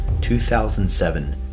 2007